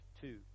two